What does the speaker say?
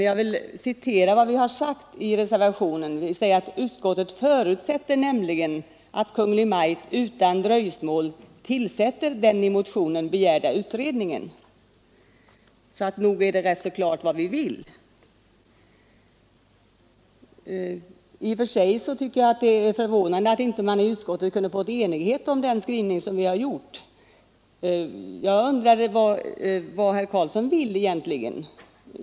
Jag vill emellertid citera vad vi har sagt i reservationen, nämligen att utskottet förutsätter ”att Kungl. Maj:t utan dröjsmål tillsätter den i motionen begärda utredningen”. Nog framgår det rätt klart vad vi vill. I och för sig tycker jag det är förvånande att man i utskottet inte kunnat uppnå enighet om den skrivning vi gjort. Jag undrar vad herr Karlsson vill egentligen.